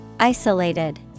Isolated